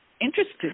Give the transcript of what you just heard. interested